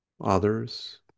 others